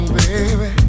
baby